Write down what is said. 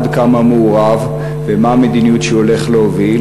עד כמה הוא מעורב ומהי המדיניות שהוא הולך להוביל?